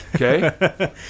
Okay